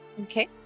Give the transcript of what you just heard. Okay